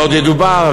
ועוד ידובר,